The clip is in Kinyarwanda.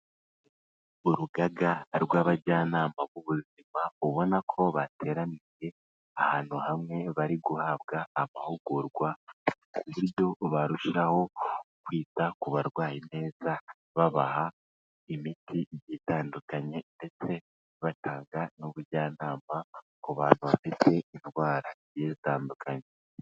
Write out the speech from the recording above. Urugaga rw'abajyanama b'ubuzima, ubona ko bateraniye ahantu hamwe, bari guhabwa amahugurwa ku buryo barushaho kwita ku barwaye neza, babaha imiti igiye itandukanye ndetse batanga n'ubujyanama ku bantu bafite indwara zigiye zitandukanye.